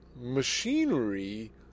Machinery